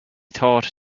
thought